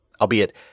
albeit